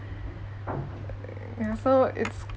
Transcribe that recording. so it's